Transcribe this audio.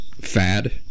fad